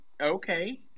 okay